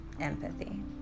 empathy